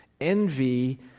Envy